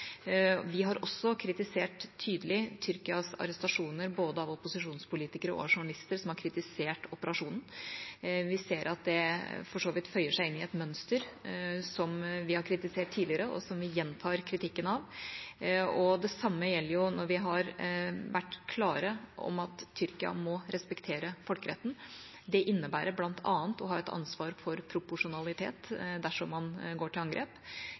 Vi har også kritisert tydelig Tyrkias arrestasjoner både av opposisjonspolitikere og av journalister som har kritisert operasjonen. Vi ser at det for så vidt føyer seg inn i et mønster som vi har kritisert tidligere, og som vi gjentar kritikken av. Det samme gjelder når vi har vært klare på at Tyrkia må respektere folkeretten. Det innebærer bl.a. å ha et ansvar for proporsjonalitet dersom man går til angrep.